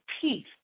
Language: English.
peace